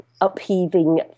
upheaving